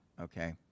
okay